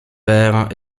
père